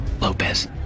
Lopez